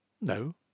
No